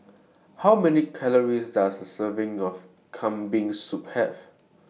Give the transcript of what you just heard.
How Many Calories Does A Serving of Kambing Soup Have